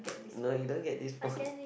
no you don't get this point